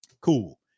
cool